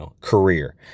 career